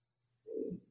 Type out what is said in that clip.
See